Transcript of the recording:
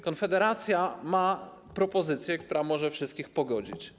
Konfederacja ma propozycję, która może wszystkich pogodzić.